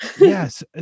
Yes